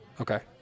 Okay